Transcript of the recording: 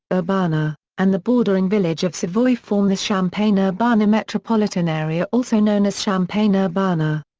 urbana, and the bordering village of savoy form the champaign-urbana metropolitan area also known as champaign-urbana.